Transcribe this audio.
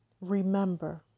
remember